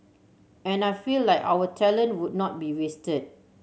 and I feel like our talent would not be wasted